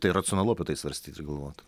tai racionalu apie tai svarstyti ir galvot